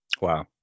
Wow